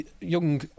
young